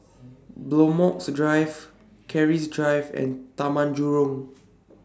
Bloxhome Drive Keris Drive and Taman Jurong